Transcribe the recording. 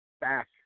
back